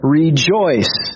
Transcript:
rejoice